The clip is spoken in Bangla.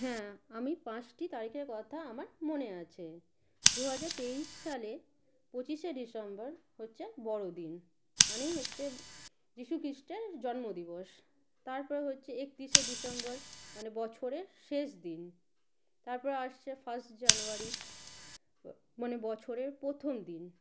হ্যাঁ আমি পাঁচটি তারিখের কথা আমার মনে আছে দু হাজার তেইশ সালে পঁচিশে ডিসেম্বর হচ্ছে বড়দিন মানে হচ্ছে যিশু খ্রিস্টের জন্ম দিবস তারপর হচ্ছে একত্রিশে ডিসেম্বর মানে বছরের শেষ দিন তারপর আসছে ফার্স্ট জানুয়ারি মানে বছরের প্রথম দিন